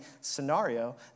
scenario